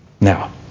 Now